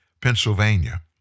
Pennsylvania